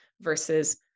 versus